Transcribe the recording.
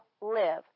live